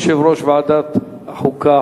יושב-ראש ועדת החוקה,